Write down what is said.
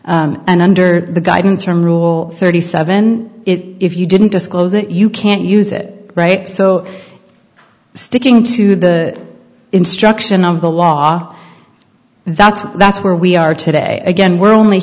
and under the guidance from rule thirty seven and if you didn't disclose it you can't use that right so sticking to the instruction of the law and that's what that's where we are today again we're only